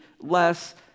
less